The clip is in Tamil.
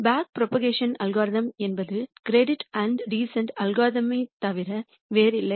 பேக் புரோபகேஷன் வழிமுறை என்பது அதே கிரீடிஅண்ட் டீசன்ட் வழிமுறையைத் தவிர வேறில்லை